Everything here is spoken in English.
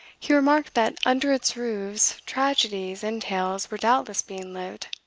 he remarked that under its roofs tragedies and tales were doubtless being lived.